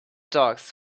dogs